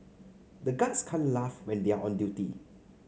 the guards can't laugh when they are on duty